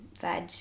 veg